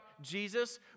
Jesus